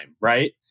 right